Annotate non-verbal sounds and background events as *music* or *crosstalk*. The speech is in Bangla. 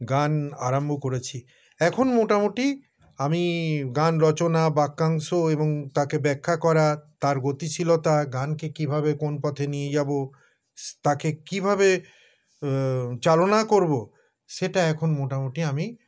গান আরম্ভ করেছি এখন মোটামুটি আমি গান রচনা বাক্যাংশ এবং তাকে ব্যাখ্যা করা তার গতিশীলতা গানকে কীভাবে কোন পথে নিয়ে যাব *unintelligible* তাকে কীভাবে চালনা করব সেটা এখন মোটামুটি আমি